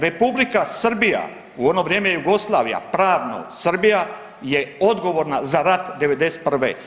Republika Srbija, u ono vrijeme Jugoslavija, pravno, Srbija je odgovorna za rat '91.